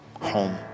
Home